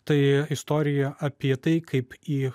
tai istorija apie tai kaip į